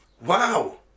Wow